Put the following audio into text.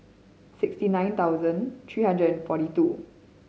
sixty nine thousand three hundred and forty two